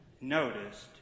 noticed